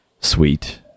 sweet